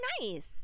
nice